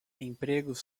empregos